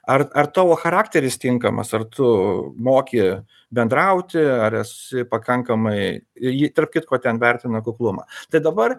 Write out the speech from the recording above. ar ar tavo charakteris tinkamas ar tu moki bendrauti ar esi pakankamai ji tarp kitko ten vertina kuklumą tai dabar